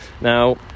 Now